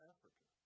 Africa